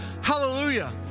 Hallelujah